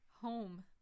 Home